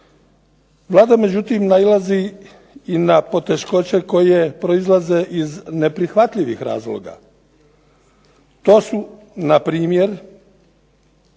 Vlada međutim nailazi i na poteškoće koje proizlaze iz neprihvatljivih razloga. To su na primjer